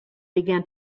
began